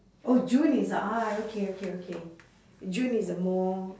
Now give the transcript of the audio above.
oh june is ah okay okay okay june is a more